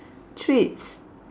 treats